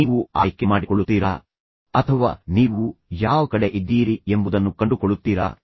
ನೀವು ಆಯ್ಕೆ ಮಾಡಿಕೊಳ್ಳುತ್ತೀರಾ ಅಥವಾ ನೀವು ಯಾವ ಕಡೆ ಇದ್ದೀರಿ ಎಂಬುದನ್ನು ಕಂಡುಕೊಳ್ಳುತ್ತೀರಾ